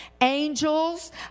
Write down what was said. angels